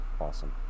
Awesome